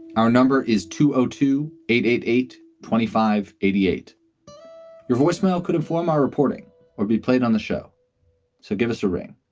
our number is two zero two eight eight eight. twenty five. eighty eight your voicemail could inform. our reporting will be played on the show so give us a ring.